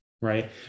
right